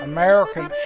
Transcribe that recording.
American